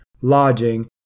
lodging